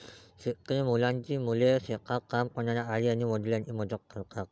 शेतकरी मुलांची मुले शेतात काम करणाऱ्या आई आणि वडिलांना मदत करतात